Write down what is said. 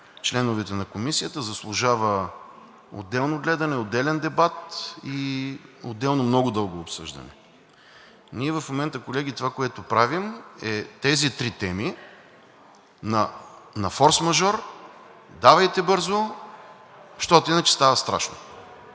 членовете на Комисията заслужава отделно гледане, отделен дебат и отделно много дълго обсъждане. Ние в момента, колеги, това, което правим, е тези три теми на форсмажор, давайте бързо, защото иначе става страшно.